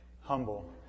humble